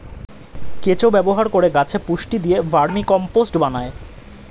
কেঁচো ব্যবহার করে গাছে পুষ্টি দিয়ে ভার্মিকম্পোস্ট বানায়